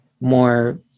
more